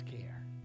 care